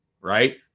right